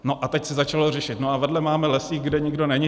No a teď se začalo řešit: No a vedle máme lesík, kde nikdo není.